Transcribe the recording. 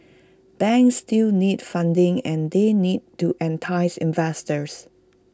banks still need funding and they need to entice investors